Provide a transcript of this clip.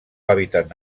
hàbitat